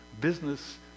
business